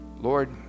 Lord